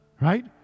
Right